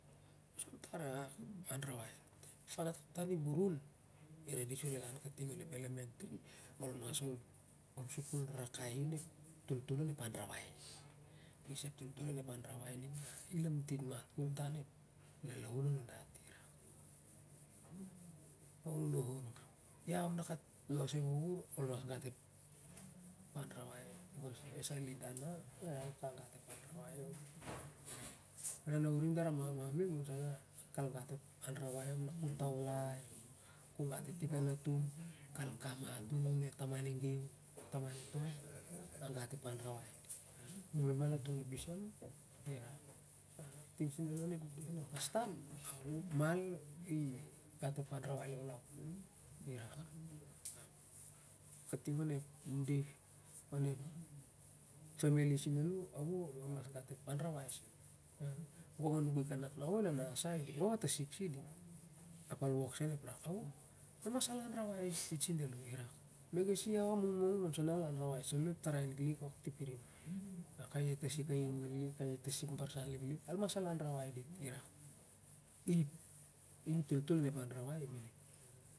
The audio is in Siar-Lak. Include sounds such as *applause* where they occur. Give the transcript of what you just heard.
*unintelligible* Farat kamtan i burun ki redy sen el an kating onep elementary. Ol mas sikul ravakai i onep toltol onep anrawai isa ep toltol onep anrawai ning i lanatin mat kol tah onep lalaun a nundati. Ia na kal toloi ep lihur ol mas gat ep anrawai ok becos as a leader na ia ka gat ep anrawai *noise* om na uring na dara re ma man kion ia al mas gat ep anrawai om na kot ta alai o ku gat i tik a natum kal kain at u one taman e toi o tamaa e gew ia ka gat ep anrawai on. Ting sen solo onep deh onep kastam mal i gat ep anrawai laulau koi irak. Ap kating onep deh onep ffamily ol mas gat ep anrawai sen gong i nuki kanak na e nana sa iding o e tasik sa iding ap a wok sen ep rak a o ol mas anrawai ais dit sen alo beger i ian mungmung ol mas anrawai sen alo ep tarai lik lik ok tipirim *unintelligible*